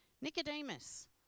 Nicodemus